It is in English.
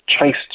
chased